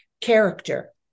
character